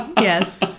Yes